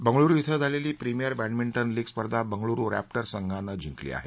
बंगळुरु िं झालेली premier badminton league स्पर्धा बंगळूरु रॅप्टर्स संघानं जिंकली आहे